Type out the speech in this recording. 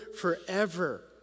forever